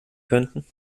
könnten